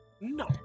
No